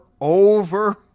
over